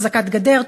אחזקת גדר,